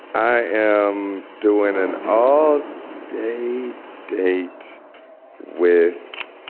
i am doing an all day date with